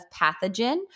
pathogen